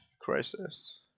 crisis